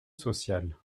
social